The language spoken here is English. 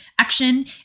action